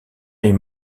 est